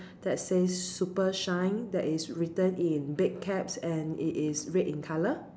that says super shine that is written in big caps and it is red in color